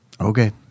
okay